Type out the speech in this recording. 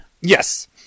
Yes